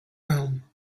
room